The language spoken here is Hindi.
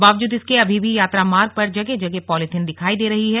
बावजूद इसके अभी भी यात्रामार्ग पर जगह जगह पॉलीथीन दिखाई दे रही है